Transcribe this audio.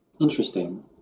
Interesting